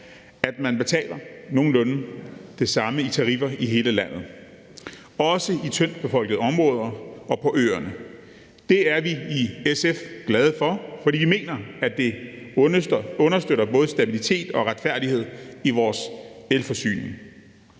at man betaler nogenlunde det samme i tariffer i hele landet, også i tyndtbefolkede områder og på øerne. Det er vi i SF glade for, fordi vi mener, at det understøtter både stabilitet og retfærdighed i vores elforsyning.